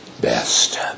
best